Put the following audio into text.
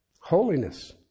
Holiness